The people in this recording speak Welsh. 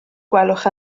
gwelwch